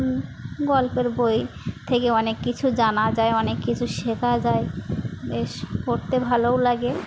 গল্পের বই থেকে অনেক কিছু জানা যায় অনেক কিছু শেখা যায় বেশ করতে ভালোও লাগে